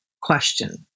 question